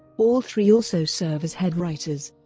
all three also serve as head writers.